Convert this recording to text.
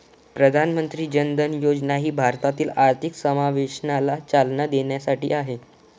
प्रधानमंत्री जन धन योजना ही भारतातील आर्थिक समावेशनाला चालना देण्यासाठी आहे